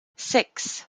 six